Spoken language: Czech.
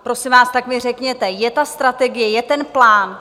Prosím vás, tak mi řekněte, je ta strategie, je ten plán?